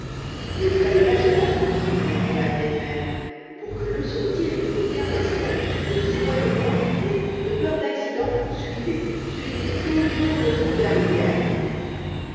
ne croyez pas cela répond la vieille mère pour que l'eau se retire il ne faut qu'un instant ne vous éloignez point et de peur d'accident suivez suivez toujours le fond de la rivière